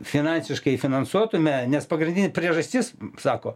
finansiškai finansuotume nes pagrindinė priežastis sako